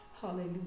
hallelujah